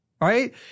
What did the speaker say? right